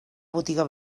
botiga